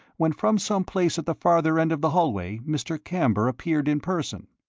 when from some place at the farther end of the hallway mr. camber appeared in person.